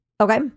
Okay